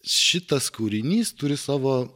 šitas kūrinys turi savo